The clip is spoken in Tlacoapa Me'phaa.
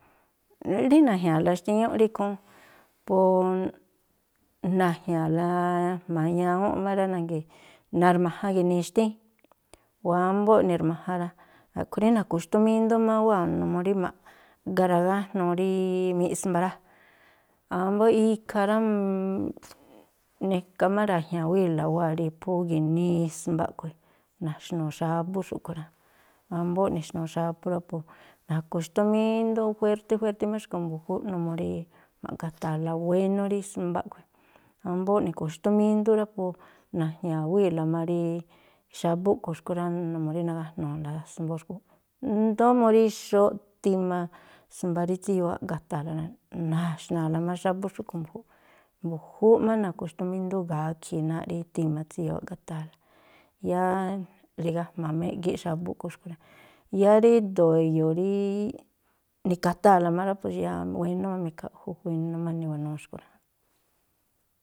Rí na̱jña̱a̱la xtíñúꞌ rí ikhúún, po na̱jña̱a̱la jma̱a ñawúnꞌ má rá, na̱rma̱jan gi̱nii xtíín, wámbóꞌ ni̱rma̱jan rá, a̱ꞌkhui̱ rí na̱khu̱xtúmíndú má wáa̱, numuu rí ma̱ꞌga ragájnuu rí miꞌsmba rá, wámbóꞌ ikhaa rá. neka má ra̱jña̱wíi̱la wáa̱ rí phú gi̱nii smba a̱ꞌkhui̱, na̱xnu̱u̱ xábú xúꞌkhui̱ rá, ámbóꞌ ne̱xnu̱u̱ xábú rá, po na̱khu̱xtúmíndú juértí juértí má xkui̱ mbu̱júúꞌ numuu rí ma̱ꞌgata̱a̱la wénú rí smba a̱ꞌkhui̱. Ámbóꞌ ni̱khu̱xtúmíndú rá po, na̱jña̱wíi̱la má rí xábú a̱ꞌkhui̱ rá, numuu rí nagájnu̱u̱la smboo xkui̱ júúnꞌ. Ndóó mu rí xóóꞌ tima smba rí tsíyoo áꞌgata̱a̱la rá, na̱xna̱a̱la má xábú xúꞌkhui̱ mbu̱júúꞌ. Mbu̱júúꞌ má na̱khu̱xtúmíndú gakhi̱i̱ náa̱ꞌ rí tima tsíyoo áꞌgata̱a̱la. Yáá rigajma̱ má e̱ꞌgíꞌ xábú a̱ꞌkhui̱ xkui̱ rá. Yáá rído̱o̱ e̱yo̱o̱ rí ni̱ka̱taa̱la má rá, pues yáá wénú má mikhaꞌju, wénú má niwanúú xkui̱ rá.